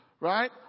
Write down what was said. right